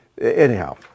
anyhow